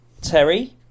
Terry